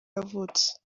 yavutse